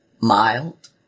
mild